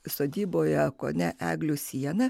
sodyboje kone eglių sieną